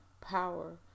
power